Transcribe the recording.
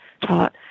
taught